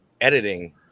editing